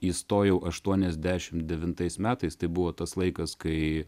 įstojau aštuoniasdešimt devintais metais tai buvo tas laikas kai